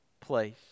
place